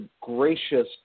gracious